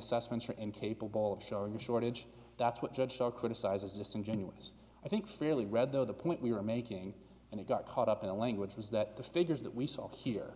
assessments are incapable of showing a shortage that's what judge shall criticize as disingenuous i think fairly read though the point we were making and it got caught up in the language was that the figures that we saw here